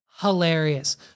hilarious